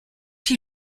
qui